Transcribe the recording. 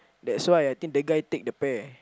that's why I think the guy take the pear